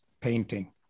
painting